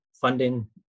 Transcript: funding